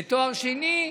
לתואר שני,